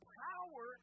power